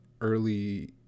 early